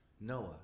Noah